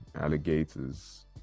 alligators